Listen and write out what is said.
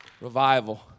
Revival